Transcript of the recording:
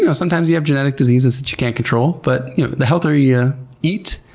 you know sometimes you have genetic diseases that you can't control, but the healthier you yeah eat,